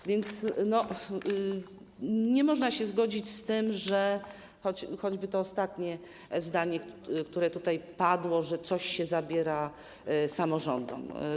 A więc nie można się zgodzić z tym - choćby to ostatnie zdanie, które tutaj padło - że coś się zabiera samorządom.